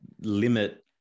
limit